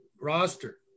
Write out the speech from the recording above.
roster